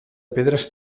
pedres